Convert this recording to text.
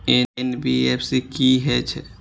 NBFC की हे छे?